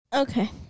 okay